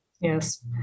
Yes